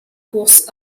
course